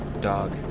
dog